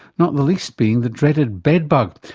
not the least being the dreaded bedbug,